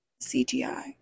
cgi